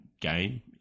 game